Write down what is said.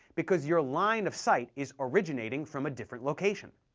because your line of sight is originating from a different location.